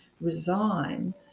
resign